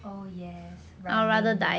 oh yes running